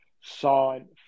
sign